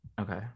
Okay